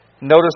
Notice